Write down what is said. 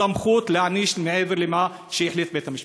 סמכות להעניש מעבר למה שהחליט בית-המשפט.